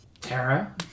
Tara